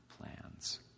plans